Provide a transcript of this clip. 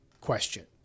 question